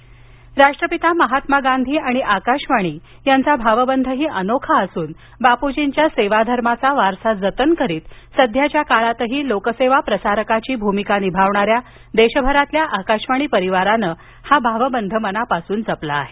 गांधीजी राष्ट्रपिता महात्मा गांधी आणि आकाशवाणी यांचा भावबंधही अनोखा असून बापूजींच्या सेवाधर्माचा वारसा जतन करीत सध्याच्या काळातही लोकसेवा प्रसारकाची भूमिका निभावणाऱ्या देशभरातील आकाशवाणी परिवारानं हा भावबंध मनापासून जपला आहे